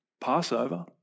Passover